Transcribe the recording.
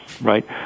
right